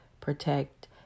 protect